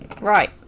Right